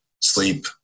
sleep